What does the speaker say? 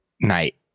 night